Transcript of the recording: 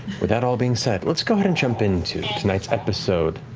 with that all being said, let's go ahead and jump into tonight's episode